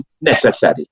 necessary